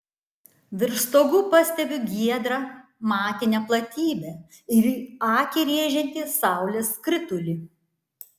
virš stogų pastebiu giedrą matinę platybę ir akį rėžiantį saulės skritulį